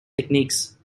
techniques